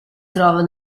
trova